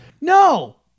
No